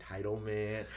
entitlement